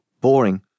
Boring